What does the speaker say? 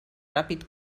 ràpid